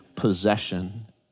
possession